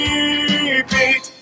Repeat